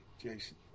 Jason